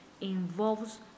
involves